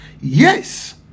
Yes